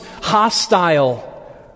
hostile